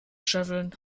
scheffeln